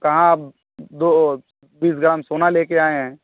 कहाँ आप दो बीस ग्राम सोना लेकर आए हैं